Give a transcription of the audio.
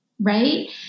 right